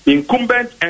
Incumbent